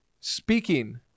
speaking